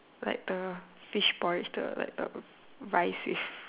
like uh fish porridge the like the rice fish